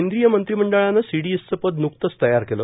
केंद्रीय मंत्रीमंडळानं सीडीएसचं पद न्कतच तयार केलं